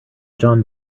john